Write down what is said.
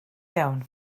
iawn